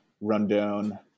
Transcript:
Rundown